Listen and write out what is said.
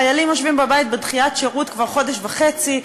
חיילים יושבים בבית בדחיית שירות כבר חודש וחצי,